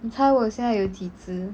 你猜我现在有几只